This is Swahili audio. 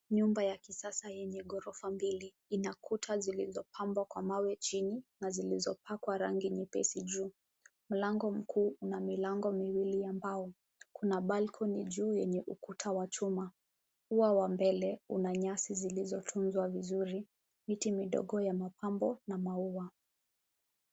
Nyumba ya kisasa yenye ghorofa mbili na kuta zilizopambwa kwa mawe chini na zilizopakwa rangi nyepesi juu. Mlango mkuu una milango miwili ya mbao. Kuna balcony juu yenye ukuta wa chuma. Ua wa mbele una nyasi zilizotunzwa vizuri, miti midogo ya mapambo na maua.